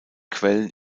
quellen